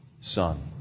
Son